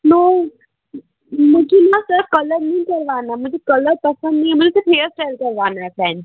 no मुझे ना sir colour नहीं करवाना मुझे कलर पसंद नहीं है मुझे सिर्फ़ हेयर स्टाइल करवाना है फ्रेंच